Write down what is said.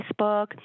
Facebook